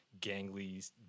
gangly